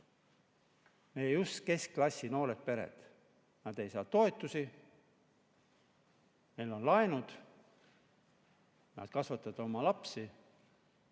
pered, just keskklassi noored pered. Nad ei saa toetusi, neil on laenud, nad kasvatavad oma lapsi.